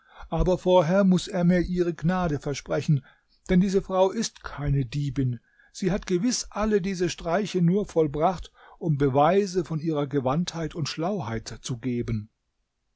aber vorher muß er mir ihre gnade versprechen denn diese frau ist keine diebin sie hat gewiß alle diese streiche nur vollbracht um beweise von ihrer gewandtheit und schlauheit zu geben